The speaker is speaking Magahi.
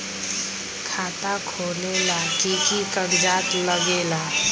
खाता खोलेला कि कि कागज़ात लगेला?